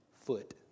foot